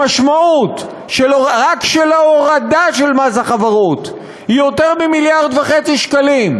המשמעות רק של ההורדה של מס החברות היא יותר ממיליארד וחצי שקלים.